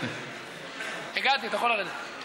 הגעתי, אתה יכול לרדת.